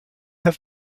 have